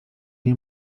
nie